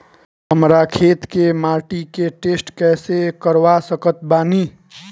हमरा खेत के माटी के टेस्ट कैसे करवा सकत बानी?